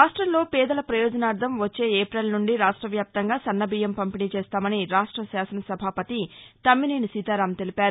రాష్టంలో పేదల పయోజనార్దం వచ్చే ఏట్రిల్ నుండి రాష్ట వ్యాప్తంగా సన్నబియ్యం పంపిణీ చేస్తామని రాష్ట శాసన సభాపతి తమ్మినేని సీతారామ్ తెలిపారు